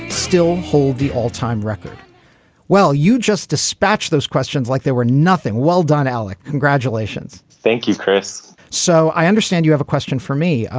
still hold the all-time record well, you just dispatch those questions like they were nothing well-done. alec. congratulations. thank you, chris. so i understand you have a question for me.